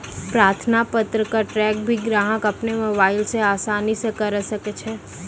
प्रार्थना पत्र क ट्रैक भी ग्राहक अपनो मोबाइल स आसानी स करअ सकै छै